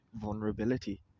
vulnerability